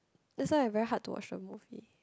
that's why I very hard to watch a movie